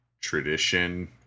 tradition